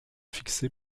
fixé